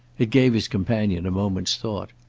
it gave his companion a moment's thought.